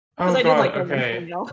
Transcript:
Okay